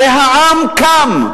זה העם קם.